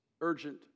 urgent